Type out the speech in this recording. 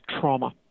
trauma